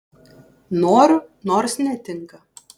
noriu nors netinka